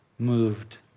moved